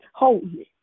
holy